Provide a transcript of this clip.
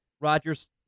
Rogers